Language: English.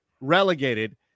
relegated